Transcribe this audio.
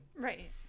Right